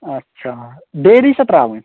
اچھا ڈیلی چھا ترٛاوٕنۍ